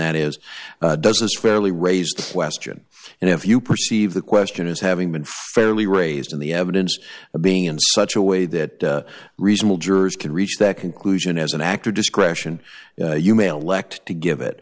that is does this fairly raise the question and if you perceive the question as having been fairly raised in the evidence being in such a way that reasonable jurors can reach that conclusion as an actor discretion you male elect to give it